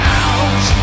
out